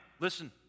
Listen